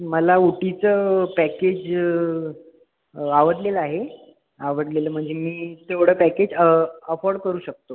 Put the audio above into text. मला उटीचं पॅकेज आवडलेलं आहे आवडलेलं म्हणजे तेवढं पॅकेज अफोर्ड करू शकतो